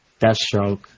Deathstroke